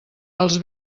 els